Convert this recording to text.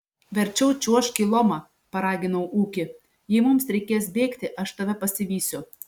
verčiau čiuožk į lomą paraginau ūkį jei mums reikės bėgti aš tave pasivysiu